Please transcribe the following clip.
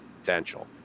potential